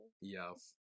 Yes